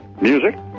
music